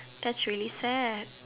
that's really sad